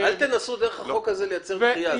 אל תנסו דרך החוק הזה לייצר דחייה.